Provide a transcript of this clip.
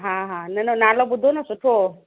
हा न न नालो ॿुधो न सुठो हो